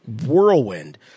whirlwind